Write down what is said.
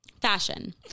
Fashion